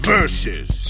Versus